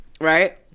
Right